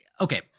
okay